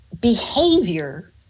behavior